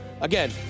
again